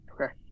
okay